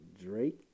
Drake